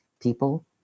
people